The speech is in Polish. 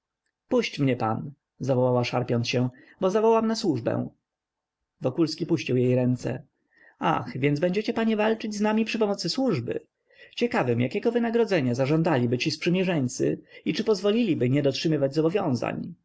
puść mnie pan zawołała szarpiąc się bo zawołam na służbę wokulski puścił jej ręce ach więc będziecie panie walczyć z nami przy pomocy służby ciekawym jakiego wynagrodzenia zażądaliby ci sprzymierzeńcy i czy pozwoliliby nie dotrzymywać zobowiązań